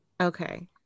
Okay